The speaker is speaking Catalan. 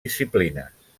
disciplines